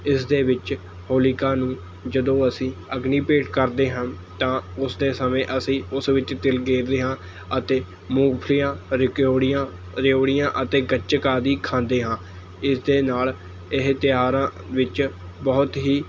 ਇਸ ਦੇ ਵਿੱਚ ਹੋਲੀਕਾ ਨੂੰ ਜਦੋਂ ਅਸੀਂ ਅਗਨੀ ਭੇਟ ਕਰਦੇ ਹਾਂ ਤਾਂ ਉਸ ਦੇ ਸਮੇਂ ਅਸੀਂ ਉਸ ਵਿੱਚ ਤਿਲ ਗੇਰਦੇ ਹਾਂ ਅਤੇ ਮੂੰਗਫਲੀਆਂ ਰੇਕਓੜੀਆਂ ਰੇਓੜੀਆਂ ਅਤੇ ਗੱਚਕ ਆਦਿ ਖਾਂਦੇ ਹਾਂ ਇਸ ਦੇ ਨਾਲ਼ ਇਹ ਤਿਉਹਾਰਾਂ ਵਿੱਚ ਬਹੁਤ ਹੀ